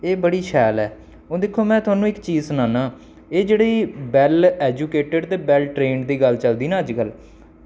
एह् बड़ी शैल ऐ ते हून दिक्खो में थुआनूं इक चीज़ सनाना एह् जेह्ड़ी वैल्ल एजूकेटेड ते वैल्ल ट्रेंड दी गल्ल चलदी ना अज्जकल